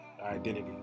identity